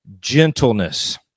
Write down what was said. gentleness